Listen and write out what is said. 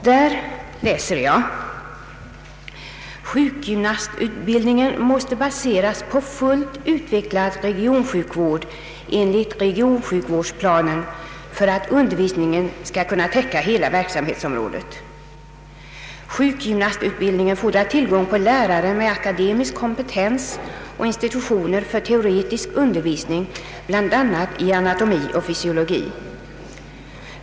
Där läser jag: ”Sjukgymnastutbildningen måste baseras på fullt utvecklad regionsjukvård enligt regionsjukvårdsplanen för att undervisningen skall kunna täcka hela verksamhetsområdet. Sjukgymnastutbildningen fordrar tillgång på lärare med akademisk kompetens och institutioner för teoretisk undervisning, bl.a. i anatomi och fysiologi.